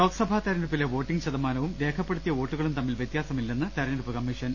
ലോക്സഭാ തെരഞ്ഞെടുപ്പിലെ വോട്ടിംഗ് ശതമാനവും രേഖപ്പെ ടുത്തിയ വോട്ടുകളും തമ്മിൽ വ്യത്യാസമില്ലെന്ന് തെരഞ്ഞെടുപ്പ് കമ്മീഷൻ